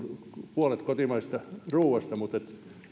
puolet kotimaisesta ruoasta mutta